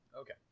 Okay